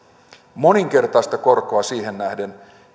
moninkertaista korkoa siihen nähden